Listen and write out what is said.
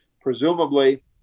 presumably